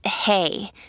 hey